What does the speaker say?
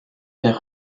faire